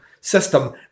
system